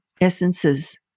essences